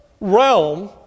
realm